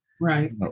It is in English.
Right